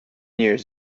years